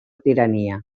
tirania